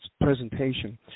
presentation